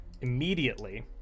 immediately